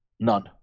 None